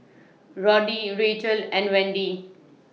Roddy Racheal and Wendy